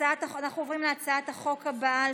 אנחנו עוברים להצעת החוק הבאה על